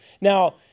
Now